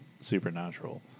supernatural